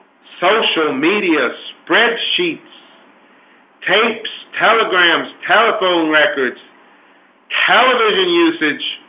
social media spreadsheets tapes telegrams telephone records television usage